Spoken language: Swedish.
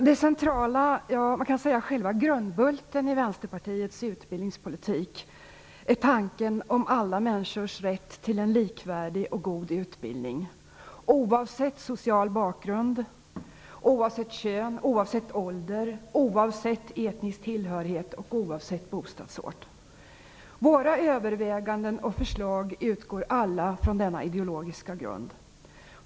Herr talman! Det centrala, ja, själva grundbulten, i Vänsterpartiets utbildningspolitik är tanken om alla människors rätt till en likvärdig och god utbildning, oavsett social bakgrund, oavsett kön, oavsett ålder, oavsett etnisk tillhörighet och oavsett bostadsort. Våra överväganden och förslag utgår alla från denna ideologiska grund.